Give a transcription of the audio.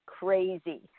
crazy